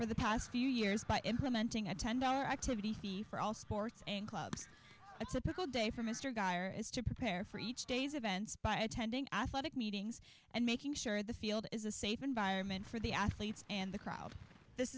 for the past few years by implementing a ten dollar activity for all sports and clubs it's a pickle day for mr geir is to prepare for each day's events by attending athletic meetings and making sure the field is a safe environment for the athletes and the crowd this